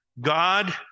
God